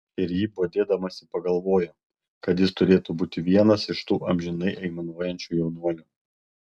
ir ji bodėdamasi pagalvojo kad jis turėtų būti vienas iš tų amžinai aimanuojančių jaunuolių